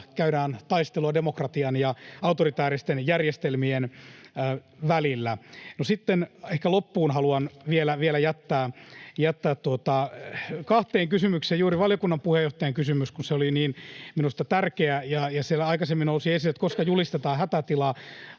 käydään taistelua demokratian ja autoritääristen järjestelmien välillä. No, sitten ehkä loppuun haluan vielä antaa vastauksen kahteen kysymykseen, juuri valiokunnan puheenjohtajan kysymykseen, kun se oli minusta niin tärkeä, ja siellä aikaisemmin nousi esille, koska julistetaan hätätila.